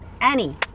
Annie